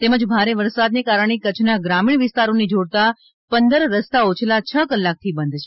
તેમજ ભારે વરસાદને કારણે કચ્છના ગ્રામીણ વિસ્તારોને જોડતા પંદર રસ્તાઓ છેલ્લા છ કલાકથી બંધ છે